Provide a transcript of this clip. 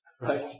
right